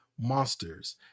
monsters